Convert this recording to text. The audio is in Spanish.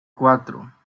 cuatro